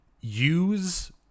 use